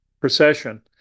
procession